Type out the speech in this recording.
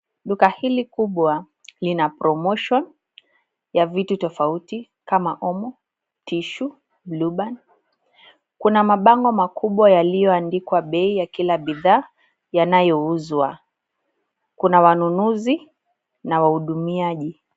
Duka hili kubwa lina promotion ya vitu tofauti kama omo, tissue , blueband .Kuna mabango makubwa yaliyaoandikwa bei ya kila bidhaa yanayouzwa. Kuna wanunuzi na wahudumiaji.